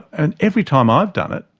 and every time i've done it,